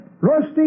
Rusty